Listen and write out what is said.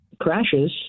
crashes